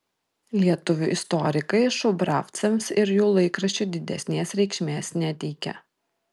lietuvių istorikai šubravcams ir jų laikraščiui didesnės reikšmės neteikia